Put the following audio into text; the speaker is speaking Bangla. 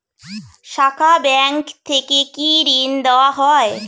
শাখা ব্যাংক থেকে কি ঋণ দেওয়া হয়?